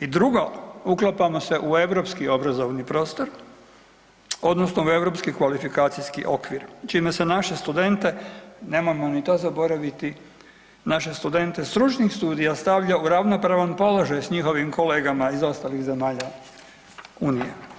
i drugo, uklapamo se u europski obrazovni prostor odnosno u europski kvalifikacijski okvir čime se naše studente, nemojmo ni to zaboraviti, naše studente stručnih studija stavlja u ravnopravan položaj s njihovim kolegama iz ostalih zemalja Unije.